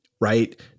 right